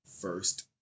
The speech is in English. first